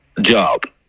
job